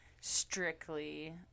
strictly